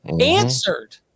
answered